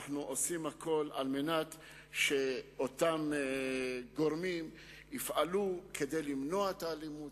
אנחנו עושים הכול על מנת שאותם גורמים יפעלו כדי למנוע את האלימות,